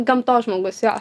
gamtos žmogus jo